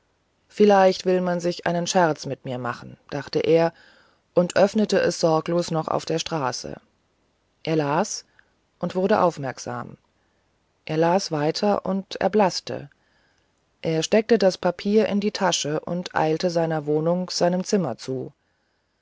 vielleicht will man sich einen scherz mit dir machen dachte er und öffnete es sorglos noch auf der straße er las und wurde aufmerksam er las weiter und erblaßte er steckte das papier in die tasche und eilte seiner wohnung seinem zimmer zu